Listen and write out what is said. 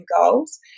goals